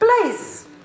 place